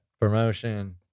promotion